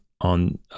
on